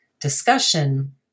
discussion